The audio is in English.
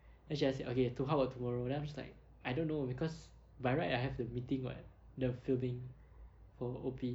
actually I said okay to~ how about tomorrow then I was like I don't know because by right I have the meeting [what] the filming for O_P